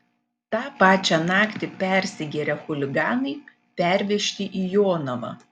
tą pačią naktį persigėrę chuliganai pervežti į jonavą